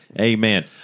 Amen